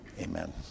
Amen